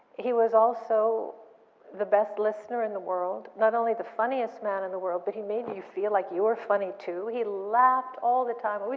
he was also the best listener in the world. not only the funniest man in the world, but he made you feel like you were funny too. he laughed all the time.